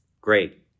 Great